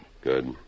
Good